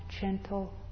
gentle